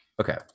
Okay